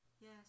yes